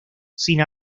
sin